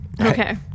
Okay